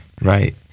right